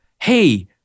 hey